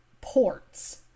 ports